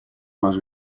más